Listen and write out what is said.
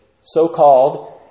so-called